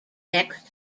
next